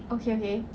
okay okay